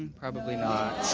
and probably not.